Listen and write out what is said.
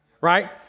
right